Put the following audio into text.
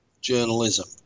journalism